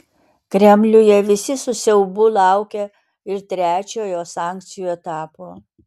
kremliuje visi su siaubu laukia ir trečiojo sankcijų etapo